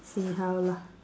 see how lah